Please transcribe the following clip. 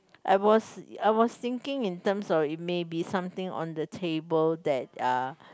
I was I was thinking in terms of it may be something on the table that are